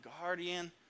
guardian